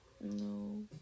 no